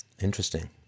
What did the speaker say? Interesting